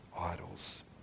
idols